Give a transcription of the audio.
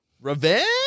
revenge